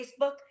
Facebook